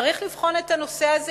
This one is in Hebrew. צריך לבחון את הנושא הזה,